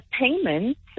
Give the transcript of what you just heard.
payments